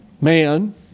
man